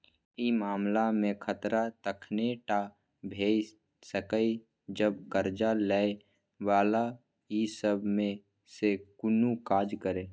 ई मामला में खतरा तखने टा भेय सकेए जब कर्जा लै बला ई सब में से कुनु काज करे